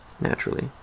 naturally